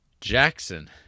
Jackson